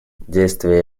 действия